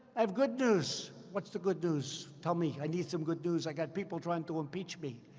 i have good news. what's the good news? tell me. i need some good news. i got people trying to impeach me.